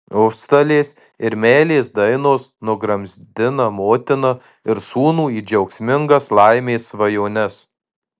užstalės ir meilės dainos nugramzdina motiną ir sūnų į džiaugsmingas laimės svajones